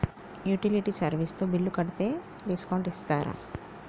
Utility service తో bill కడితే discount ఇస్తరా?